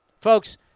Folks